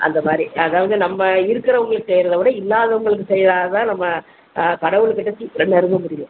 அந்த மாதிரி அதாவது நம்ம இருக்கிறவங்களுக்கு செய்கிறத விட இல்லாதவங்களுக்கு செய் தான் நம்ம கடவுளுக்கிட்ட சீக்கிரம் நெருங்க முடியும்